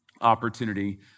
opportunity